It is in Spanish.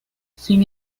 sin